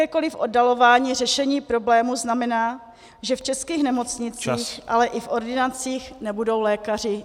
Jakékoliv oddalování řešení problému znamená, že v českých nemocnicích , ale i v ordinacích nebudou lékaři.